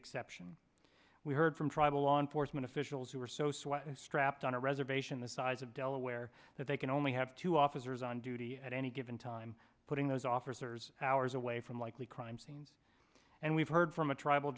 exception we heard from tribal law enforcement officials who were so sweaty strapped on a reservation the size of delaware that they can only have two officers on duty at any given time putting those officers hours away from likely crime scenes and we've heard from a tribal